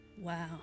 Wow